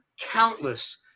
countless